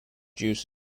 juice